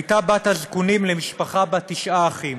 הייתה בת הזקונים למשפחה בת תשעה אחים.